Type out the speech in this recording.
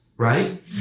Right